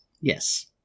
Yes